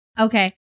Okay